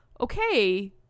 okay